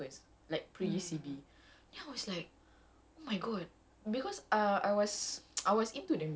cause I cause I saw the thing is I saw insyirah uh dance is it first like pre C_B